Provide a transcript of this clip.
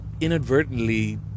Inadvertently